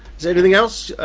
is anything else?